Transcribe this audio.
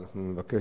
אבל אנחנו נבקש,